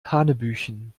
hanebüchen